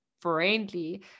friendly